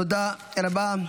תודה רבה.